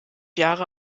jahre